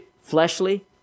fleshly